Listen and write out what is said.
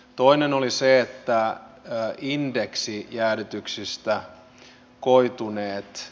toinen oli se että indeksijäädytyksistä koituneet